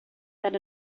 that